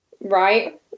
Right